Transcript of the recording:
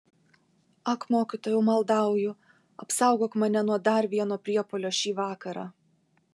ak mokytojau maldauju apsaugok mane nuo dar vieno priepuolio šį vakarą